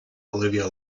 olivia